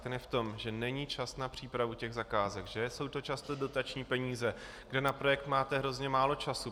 Ten je v tom, že není čas na přípravu zakázek, že jsou to často dotační peníze, kde na projekt máte hrozně málo času.